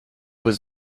was